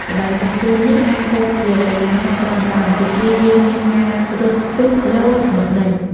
ល្បែងបិទពួននេះអាចរាប់ជាកីឡាហាត់ប្រាណបាន ពីព្រោះវាមានការរត់ស្ទុះ លោត និងដេញ។